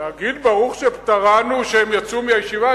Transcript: להגיד ברוך שפטרנו שהם יצאו מהישיבה,